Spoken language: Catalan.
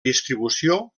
distribució